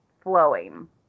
flowing